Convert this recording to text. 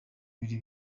bibiri